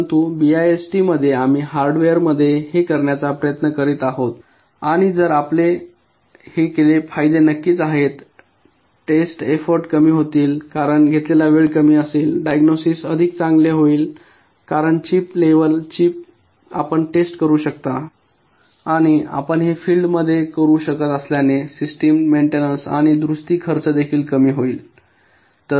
परंतु बीआयएसटीमध्ये आम्ही हार्डवेअरमध्ये हे करण्याचा प्रयत्न करीत आहोत आणि जर आपण हे केले तर फायदे नक्कीच आहेत टेस्ट एफ्फोर्ट कमी होतील कारण घेतलेला वेळ कमी असेल डायग्नोसिस अधिक चांगले होईल कारण चिप लेवल वर चीप आपण टेस्ट करू शकता आणि आपण हे फील्ड मध्ये करु शकत असल्याने आपली सिस्टम मेंटेनन्स आणि दुरुस्ती खर्च देखील कमी होईल